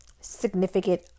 significant